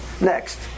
next